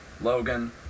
Logan